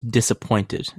disappointed